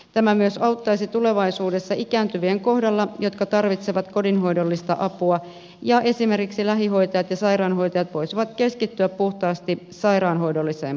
tämä myös auttaisi tulevaisuudessa ikääntyvien kohdalla jotka tarvitsevat kodinhoidollista apua ja esimerkiksi lähihoitajat ja sairaanhoitajat voisivat keskittyä puhtaasti sairaanhoidolliseen puoleen